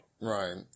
right